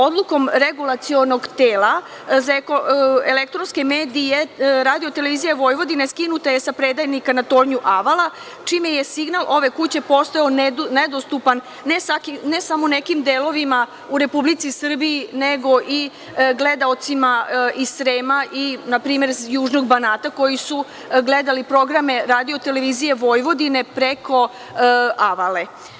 Odlukom regulacionog tela za elektronske medije, Radio-televizija Vojvodine skinuta je sa predajnika na tornju Avala, čime je signal ove kuće postao nedostupan ne samo u nekim delovima u Republici Srbiji, nego i gledaocima iz Srema i npr. Južnog Banata koji su gledali programe Radio-televizije Vojvodine preko Avale.